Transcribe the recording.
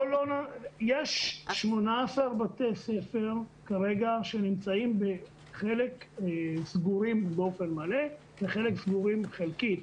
יש 18 בתי ספר כרגע כשחלק סגורים באופן מלא וחלק סגורים חלקית.